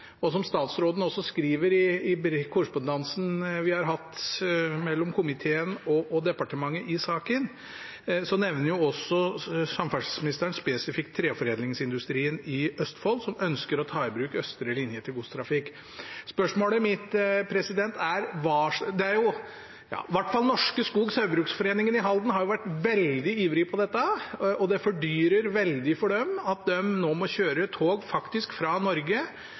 I korrespondansen vi har hatt mellom komiteen og departementet i saken, nevner også samferdselsministeren spesifikt treforedlingsindustrien i Østfold, som ønsker å ta i bruk østre linje til godstrafikk. Norske Skog Saugbrugs i Halden har i hvert fall vært veldig ivrige på dette, og det fordyrer veldig for dem at de nå må kjøre tog fra Norge